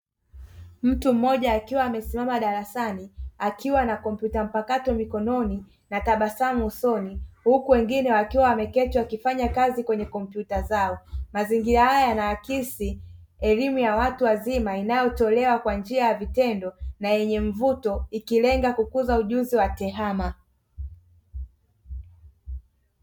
Mtu mmoja akiwa amesimama darasani, akiwa na kompyuta mpakato mikononi na tabasamu usoni. huku wengine wakiwa wameketi wakifanya kazi kwenye kompyuta zao. Mazingira haya yanaakisi elimu ya watu wazima inayo tolewa kwa njia ya vitendo na yenye mvuto, ikilenga kukuza ujuzi wa tehama.